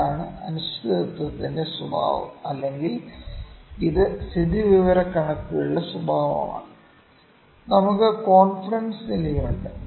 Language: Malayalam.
ഇതാണ് അനിശ്ചിതത്വത്തിന്റെ സ്വഭാവം അല്ലെങ്കിൽ ഇത് സ്ഥിതിവിവരക്കണക്കുകളുടെ സ്വഭാവമാണ് നമുക്ക് കോൺഫിഡൻസ് നിലയുണ്ട്